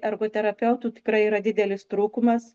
ergoterapeutų tikrai yra didelis trūkumas